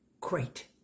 Great